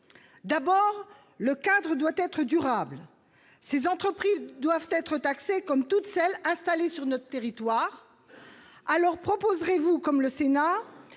D'abord, le cadre doit être durable. Ces entreprises doivent être taxées comme toutes celles qui sont installées sur notre territoire. Proposerez-vous, comme le Sénat,